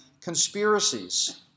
conspiracies